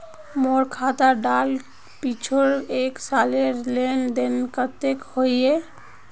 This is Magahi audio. मोर खाता डात पिछुर एक सालेर लेन देन कतेक होइए?